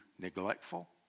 neglectful